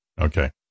Okay